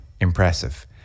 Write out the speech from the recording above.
impressive